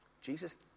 Jesus